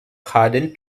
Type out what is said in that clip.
hidden